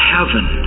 Heaven